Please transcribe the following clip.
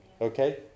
Okay